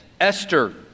Esther